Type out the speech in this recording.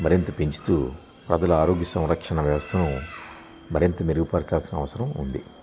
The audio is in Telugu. మరింత పెంచుతూ ప్రజల ఆరోగ్య సంరక్షణ వ్యవస్థను మరింత మెరుగుపరిచాల్సిన అవసరం ఉంది